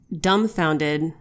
dumbfounded